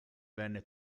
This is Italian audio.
venne